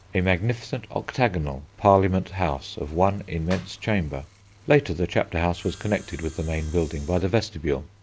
a magnificent octagonal parliament house of one immense chamber later the chapter house was connected with the main building by the vestibule.